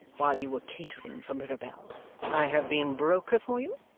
while you were catering for mirabell i have been broker for you?